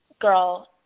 Girl